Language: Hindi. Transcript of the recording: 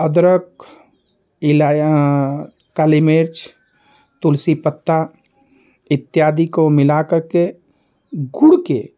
अदरक इलाइची काली मिर्च तुलसी पत्ता इत्यादि को मिलाकरके गुड़ के